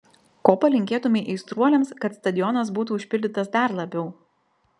ko palinkėtumei aistruoliams kad stadionas būtų užpildytas dar labiau